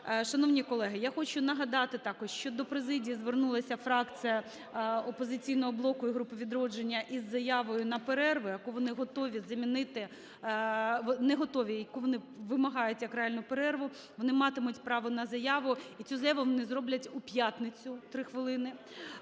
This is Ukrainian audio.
Шановні колеги, я хочу нагадати також, що до президії звернулася фракція "Опозиційного блоку" і групи "Відродження" із заявою на перерву, яку вони готові замінити… не готові, яку вони вимагають як реальну перерву, вони матимуть право на заяву і цю заяву вони зроблять у п'ятницю три хвилини.